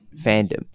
Fandom